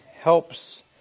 helps